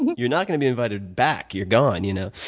you're not gonna be invited back. you're gone. you know